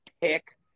pick